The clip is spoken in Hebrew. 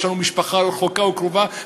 יש לנו משפחה רחוקה או קרובה,